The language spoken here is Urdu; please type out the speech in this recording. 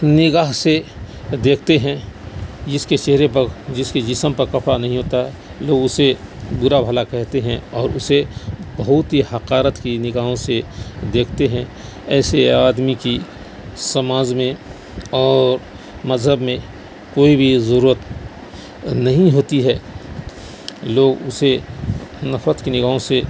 ںگاہ سے دیکھتے ہیں جس کے چہرے پر جس کے جسم پر کپڑا نہیں ہوتا ہے لوگ اسے برا بھلا کہتے ہیں اور اسے بہت ہی حقارت کی نگاہوں سے دیکھتے ہیں ایسے آدمی کی سماج میں اور مذہب میں کوئی بھی ضرورت نہیں ہوتی ہے لوگ اسے نفرت کی نگاہوں سے